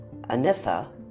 Anissa